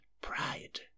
pride